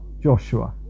Joshua